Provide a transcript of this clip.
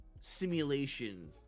simulation